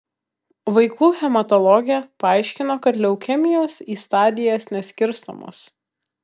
vaikų hematologė paaiškino kad leukemijos į stadijas neskirstomos